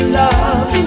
love